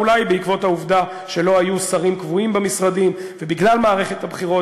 אולי בעקבות העובדה שלא היו שרים קבועים במשרדים ובגלל מערכת הבחירות.